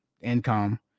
income